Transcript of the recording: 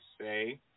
say